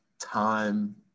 time